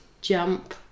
jump